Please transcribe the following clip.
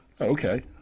okay